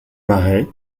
marais